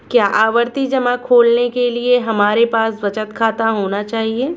क्या आवर्ती जमा खोलने के लिए हमारे पास बचत खाता होना चाहिए?